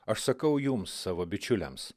aš sakau jums savo bičiuliams